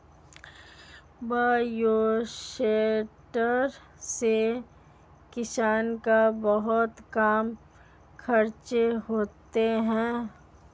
bioshelter से किसान का बहुत कम खर्चा होता है